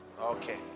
okay